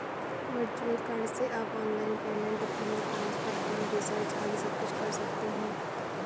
virtual card से आप online payment, fund transfer, phone recharge आदि सबकुछ कर सकते हैं